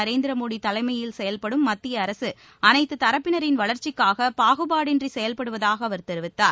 நரேந்திர மோடி தலைமையில் செயல்படும் மத்திய அரக அனைத்து தரப்பினரின் வளர்ச்சிக்காக பாகுபாடின்றி செயல்படுவதாக அவர் தெரிவித்தார்